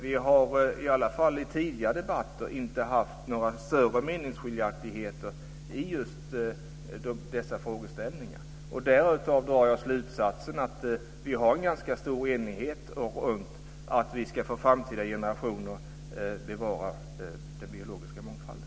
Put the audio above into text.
Vi har i alla fall i tidigare debatter inte haft några större meningsskiljaktigheter i just dessa frågor. Av detta drar jag slutsatsen att vi har en ganska stor enighet om att vi för framtida generationer ska bevara den biologiska mångfalden.